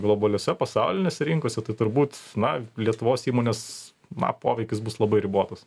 globaliose pasaulinėse rinkose tai turbūt na lietuvos įmonės na poveikis bus labai ribotas